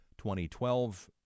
2012